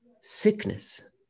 sickness